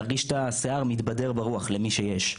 להרגיש את השיער מתבדר ברוח למי שיש,